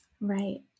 Right